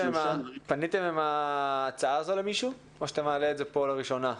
האם פניתם עם ההצעה הזו למישהו או שאתה מעלה את זה פה לראשונה?